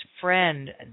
friend